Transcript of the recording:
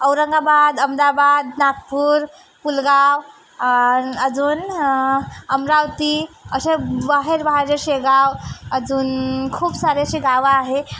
औरंगाबाद अहमदाबाग नागपूर फुलगाव अजून अमरावती असे बाहेर बाहेरचे शेगाव अजून खूप सारे असे गावं आहे